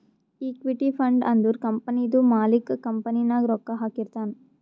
equity fund ಅಂದುರ್ ಕಂಪನಿದು ಮಾಲಿಕ್ಕ್ ಕಂಪನಿ ನಾಗ್ ರೊಕ್ಕಾ ಹಾಕಿರ್ತಾನ್